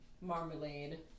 marmalade